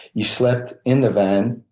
he slept in the van,